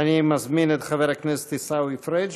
אני מזמין את חבר הכנסת עיסאווי פריג'.